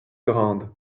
grande